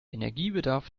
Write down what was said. energiebedarf